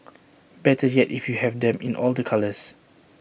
better yet if you have them in all the colours